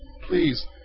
please